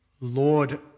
Lord